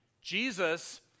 Jesus